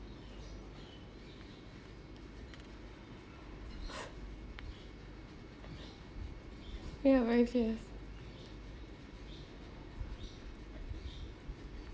you look very fierce